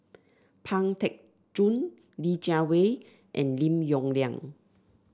Pang Teck Joon Li Jiawei and Lim Yong Liang